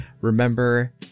remember